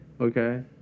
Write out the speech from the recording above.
okay